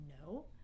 no